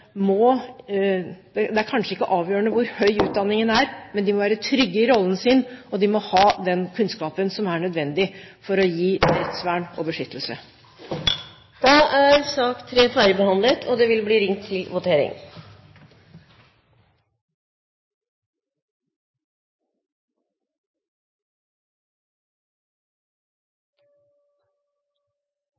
Det er kanskje ikke avgjørende hvor høy utdanningen er, men de må være trygge i rollen sin, og de må ha den kunnskapen som er nødvendig for å gi rettsvern og beskyttelse. Sak nr. 3 er dermed ferdigbehandlet. Før Stortinget går til votering, foreligger det nå på